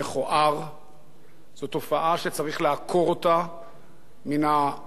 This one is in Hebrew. זו תופעה שצריך לעקור אותה מן הזירה הציבורית שלנו.